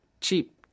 cheap